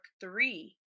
three